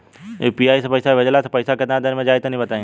UPI से पईसा भेजलाऽ से पईसा केतना देर मे जाई तनि बताई?